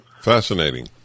Fascinating